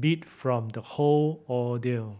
beat from the whole ordeal